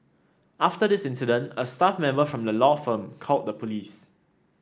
after the incident a staff member from the law firm called the police